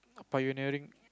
a pioneering